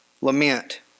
lament